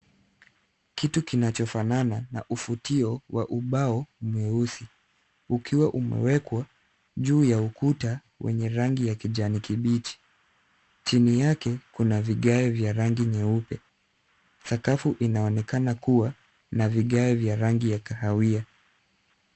Kitu kinachofanana na ufutio wa ubao mweusi, ukiwa umewekwa juu ya ukuta wenye rangi ya kijani kibichi. Chini yake kuna vigae vya rangi nyeupe. Sakafu inaonekana kuwa na vigae vya rangi ya kahawia.